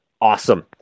Awesome